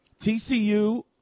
TCU